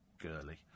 Girly